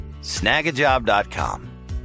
Snagajob.com